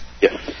Yes